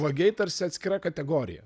vagiai tarsi atskira kategorija